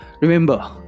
Remember